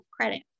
credit